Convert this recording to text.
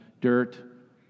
dirt